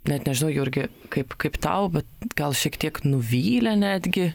net nežinau jurgi kaip kaip tau bet gal šiek tiek nuvylė netgi